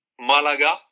Malaga